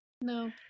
No